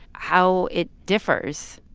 how it differs?